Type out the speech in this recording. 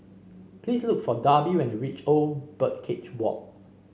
please look for Darby when you reach Old Birdcage Walk